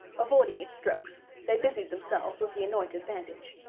avoiding its strokes they busied themselves with the anointed bandage.